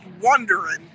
wondering